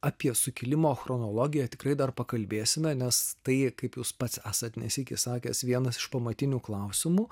apie sukilimo chronologiją tikrai dar pakalbėsime nes tai kaip jūs pats esat ne sykį sakęs vienas iš pamatinių klausimų